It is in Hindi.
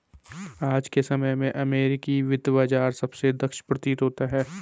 आज के समय में अमेरिकी वित्त बाजार सबसे दक्ष प्रतीत होता है